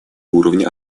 уровня